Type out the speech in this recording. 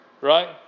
Right